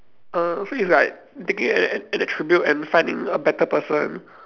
err so it's like taking an an attribute and finding a better person